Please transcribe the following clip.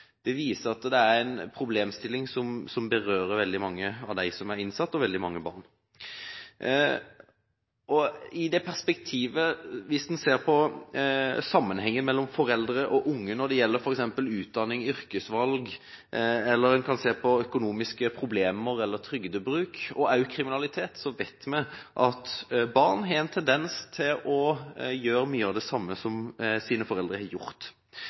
Det viser at dette er en problemstilling som berører veldig mange av dem som er innsatt, og veldig mange barn. I det perspektivet: Hvis en ser på sammenhengen mellom foreldre og unger når det gjelder f.eks. utdanning, yrkesvalg eller f.eks. økonomiske problemer, trygdebruk, men også kriminalitet, vet vi at barn har en tendens til å gjøre mye av det samme som deres foreldre har gjort.